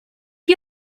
you